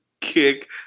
kick